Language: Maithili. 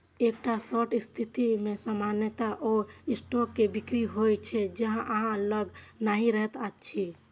एकटा शॉर्ट स्थिति मे सामान्यतः ओइ स्टॉक के बिक्री होइ छै, जे अहां लग नहि रहैत अछि